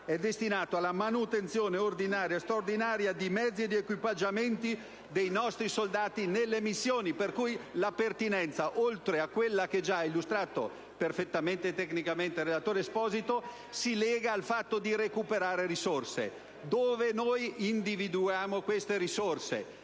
è destinato alla manutenzione ordinaria e straordinaria dei mezzi ed agli equipaggiamenti dei nostri soldati nelle missioni, per cui la pertinenza, oltre ai profili già illustrati perfettamente e tecnicamente dal relatore Esposito, si lega al fatto del recupero delle risorse. Dove individuiamo queste risorse?